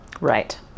Right